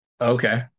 Okay